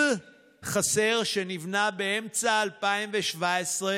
יש הרבה דברים שמטרידים אותי גם בהתנהלות של חלקים מסוימים בציבור הזה,